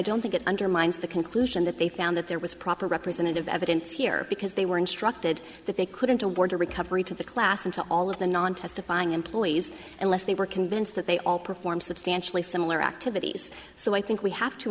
don't think it undermines the conclusion that they found that there was proper representative evidence here because they were instructed that they couldn't award a recovery to the class and to all of the non testifying employees unless they were convinced that they all perform substantially similar activities so i think we have to